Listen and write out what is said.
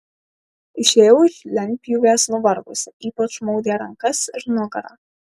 išėjau iš lentpjūvės nuvargusi ypač maudė rankas ir nugarą